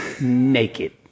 naked